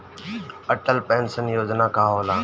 Atal pension योजना का होला?